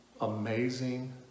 Amazing